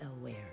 aware